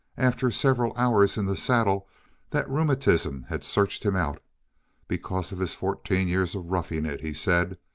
after several hours in the saddle that rheumatism had searched him out because of his fourteen years of roughing it, he said.